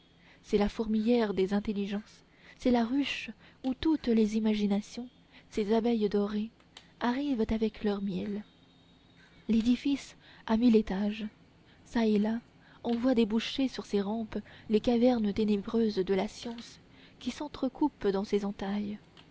c'est la fourmilière des intelligences c'est la ruche où toutes les imaginations ces abeilles dorées arrivent avec leur miel l'édifice a mille étages çà et là on voit déboucher sur ses rampes les cavernes ténébreuses de la science qui s'entrecoupent dans ses entrailles